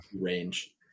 range